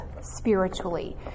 spiritually